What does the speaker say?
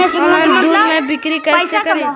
Online दुध के बिक्री कैसे करि?